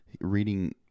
reading